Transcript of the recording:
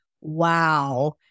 wow